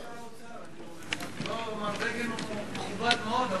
הצעות לסדר-היום שמספרן 6242 ו-6243.